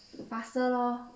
faster lor